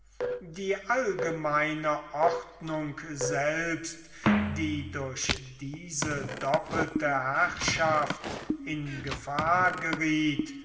die allgemeine ordnung selbst die durch diese doppelte herrschaft in gefahr gerieth